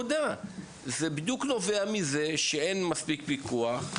זה בדיוק נובע מזה שאין מספיק פיקוח,